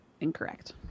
Incorrect